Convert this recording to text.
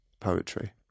poetry